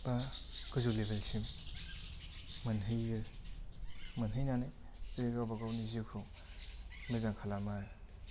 बा गोजौ लेभेलसिम मोनहैयो मोनहैनानै बे गावबा गावनि जिउखौ मोजां खालामो आरो